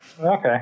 Okay